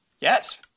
yes